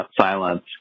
Silence